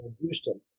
Houston